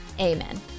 amen